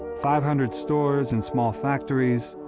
five hundred stores and small factories,